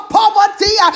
poverty